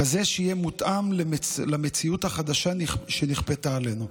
כזה שיהיה מותאם למציאות החדשה שנכפתה עלינו.